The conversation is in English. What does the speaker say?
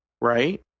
Right